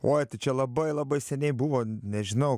o tai čia labai labai seniai buvo nežinau